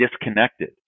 disconnected